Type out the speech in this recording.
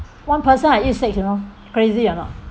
one person I eat six you know crazy or not